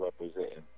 representing